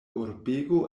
urbego